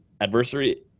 Adversary